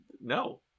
No